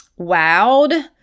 wowed